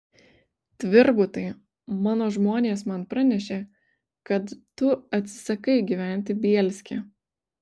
tvirbutai mano žmonės man pranešė kad tu atsisakai gyventi bielske